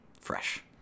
fresh